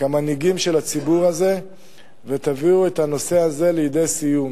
כמנהיגים של הציבור הזה ותביאו את הסיפור הזה לידי סיום.